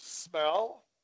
smell